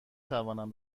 توانم